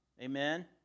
Amen